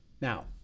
now